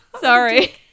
Sorry